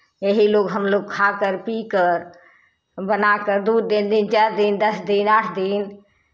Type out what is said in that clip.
यही लोग हम लोग खाकर पीकर बनाकर दो दिन तीन चार दिन दस दिन आठ दिन